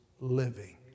living